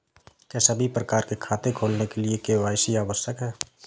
क्या सभी प्रकार के खाते खोलने के लिए के.वाई.सी आवश्यक है?